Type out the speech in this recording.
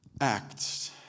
Acts